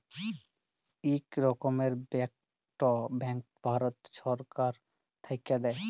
ইক রকমের ব্যাংকট ভারত ছরকার থ্যাইকে দেয়